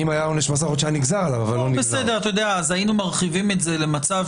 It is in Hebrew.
אז אפשר להרחיב את זה למצב